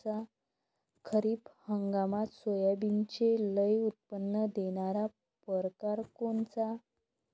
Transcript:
खरीप हंगामात सोयाबीनचे लई उत्पन्न देणारा परकार कोनचा?